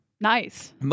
Nice